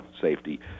safety